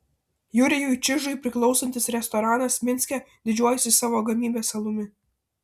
jurijui čižui priklausantis restoranas minske didžiuojasi savo gamybos alumi